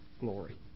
glory